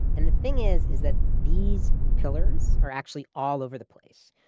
and the thing is, is that these pillars are actually all over the place.